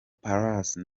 palace